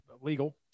legal